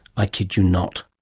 i kid you not.